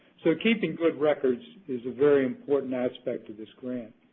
so keeping good records is a very important aspect of this grant.